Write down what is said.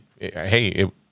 hey